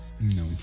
No